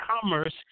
commerce